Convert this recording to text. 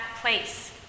place